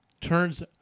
turns